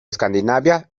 escandinavia